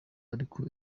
ariko